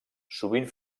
sovint